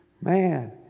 Man